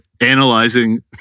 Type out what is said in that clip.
analyzing